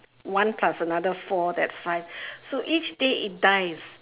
one plus another four that's five so each day it dies